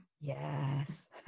Yes